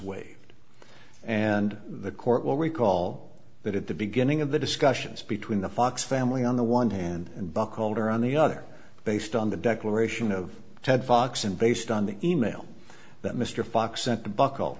waived and the court will recall that at the beginning of the discussions between the fox family on the one hand and buck holder on the other based on the declaration of ted fox and based on the e mail that mr fox sent to buc